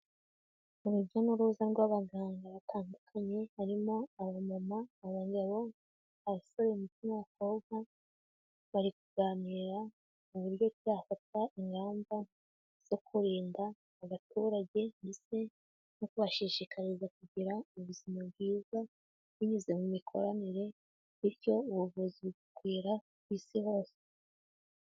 Urujya n'uruza rw'abaganga batandukanye, harimo abamama, abagabo, abasore n'abakobwa, bari kuganira mu buryo byafata ingamba zo kurinda abaturage ndetse no kubashishikariza kugira ubuzima bwiza, binyuze mu mikoranire bityo ubuvuzi bukwira ku Isi hose.